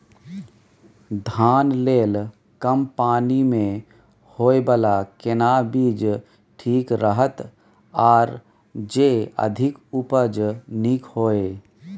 धान लेल कम पानी मे होयबला केना बीज ठीक रहत आर जे अधिक उपज नीक होय?